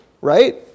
right